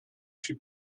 suis